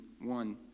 one